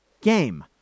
game